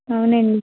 అవునండి